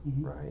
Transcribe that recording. right